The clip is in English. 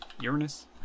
Uranus